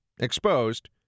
exposed